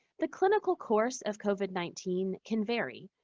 the clinical course of covid nineteen can vary,